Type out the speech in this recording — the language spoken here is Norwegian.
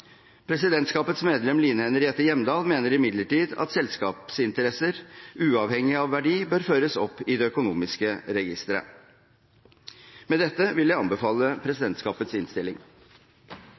Presidentskapets medlem Line Henriette Hjemdal mener imidlertid at selskapsinteresser, uavhengig av verdi, bør føres opp i det økonomiske registeret. Med dette vil jeg anbefale presidentskapets innstilling.